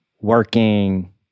Working